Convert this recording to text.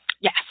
Yes